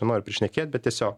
noriu prišnekėti bet tiesiog